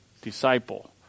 disciple